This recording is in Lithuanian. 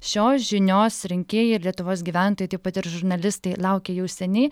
šios žinios rinkėjai ir lietuvos gyventojai taip pat ir žurnalistai laukė jau seniai